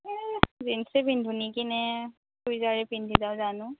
এই জিনছে পিন্ধো নেকি নে চুইজাৰে পিন্ধি যাওঁ জানো